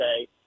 say